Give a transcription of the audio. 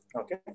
okay